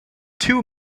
two